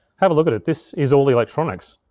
have a look at it. this is al the electronics.